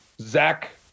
Zach